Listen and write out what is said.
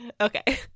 Okay